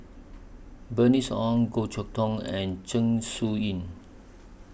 Bernice Ong Goh Chok Tong and Zeng Shouyin